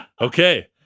okay